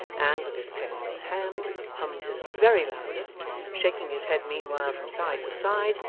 and, with his pen in his hand, hummed his very loudest shaking his head meanwhile from side to side,